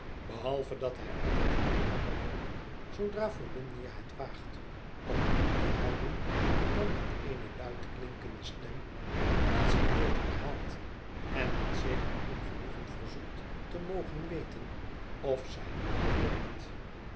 behalve dat hij altijd helder wakker wordt zoodra volumnia het waagt om op te houden en dan met eene luidklinkende stem het laatste woord herhaalt en met zeker ongenoegen verzoekt te mogen weten of zij moede wordt